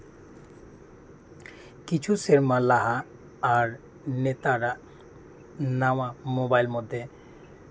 ᱠᱤᱪᱷᱩ ᱥᱮᱨᱢᱟ ᱞᱟᱦᱟ ᱟᱨ ᱱᱮᱛᱟᱨᱟᱜ ᱱᱟᱣᱟ ᱢᱳᱵᱟᱭᱤᱞ ᱢᱚᱫᱽᱫᱷᱮ